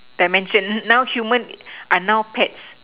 dimension now human are now pets